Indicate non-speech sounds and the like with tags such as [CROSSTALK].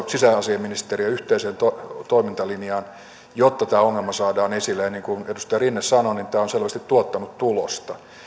[UNINTELLIGIBLE] sisäasiainministeriö ja niin edelleen yhteiseen toimintalinjaan jotta tämä ongelma saadaan esille niin kuin edustaja rinne sanoi tämä on selvästi tuottanut tulosta